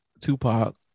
Tupac